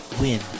win